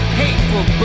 hateful